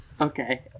Okay